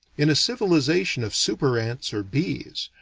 in a civilization of super-ants or bees,